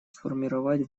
сформировать